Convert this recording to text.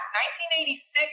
1986